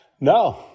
No